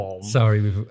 Sorry